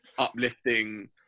Uplifting